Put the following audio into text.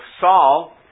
Saul